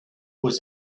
was